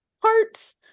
parts